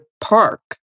Park